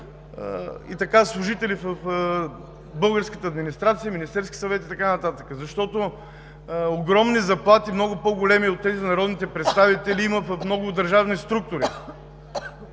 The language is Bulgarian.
хора – служители в българската администрация, в Министерския съвет и така нататък. Защото огромни заплати, много по-големи от тези на народните представители, има в много държавни структури,